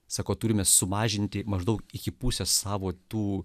sako turime sumažinti maždaug iki pusės savo tų